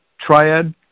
Triad